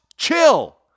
Chill